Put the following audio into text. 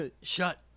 shut